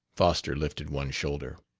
foster lifted one shoulder.